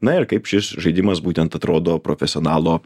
na ir kaip šis žaidimas būtent atrodo profesionalo